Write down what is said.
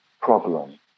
problem